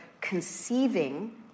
conceiving